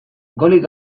golik